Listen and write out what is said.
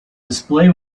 display